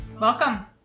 Welcome